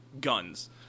guns